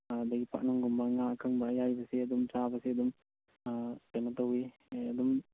ꯑꯗꯩꯒꯤ ꯄꯥꯛꯅꯝꯒꯨꯝꯕ ꯉꯥ ꯑꯀꯪꯕ ꯑꯌꯥꯏꯕꯁꯦ ꯑꯗꯨꯝ ꯆꯥꯕꯁꯦ ꯑꯗꯨꯝ ꯀꯩꯅꯣ ꯇꯧꯏ ꯑꯗꯨꯝ